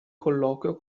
colloquio